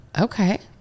Okay